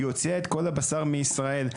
היא הוציאה את כל הבשר מישראל,